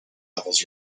levels